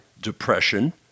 depression